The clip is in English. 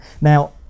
Now